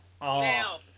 now